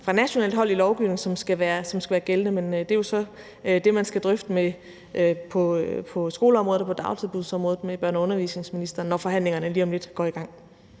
fra nationalt hold i lovgivningen, som skal være gældende, men det er jo så det, man skal drøfte på skoleområdet og på dagtilbudsområdet med børne- og undervisningsministeren, når forhandlingerne lige om lidt går i gang.